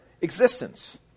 existence